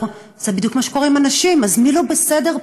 זה בדיוק מה שקורה עם הנשים, אז מי לא בסדר פה?